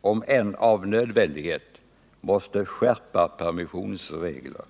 om än av nödvändighet, måste skärpa permissionsreglerna.